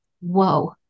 Whoa